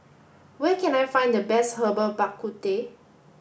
where can I find the best Herbal Bak Ku Teh